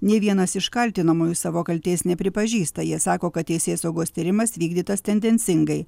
nei vienas iš kaltinamųjų savo kaltės nepripažįsta jie sako kad teisėsaugos tyrimas vykdytas tendencingai